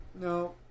No